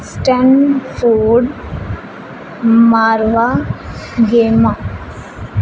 stun ਫੋਰਡ ਮਾਰਵਾ game ਆ